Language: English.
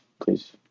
please